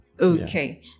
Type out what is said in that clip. Okay